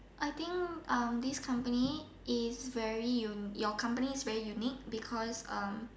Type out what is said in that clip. I think um this company is very your company is very unique because um